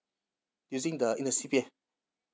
using the in the C_P_F